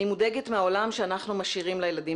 אני מודאגת מהעולם שאנחנו משאירים לילדים